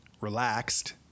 relaxed